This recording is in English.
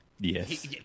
Yes